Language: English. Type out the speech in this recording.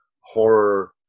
horror